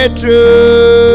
true